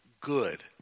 good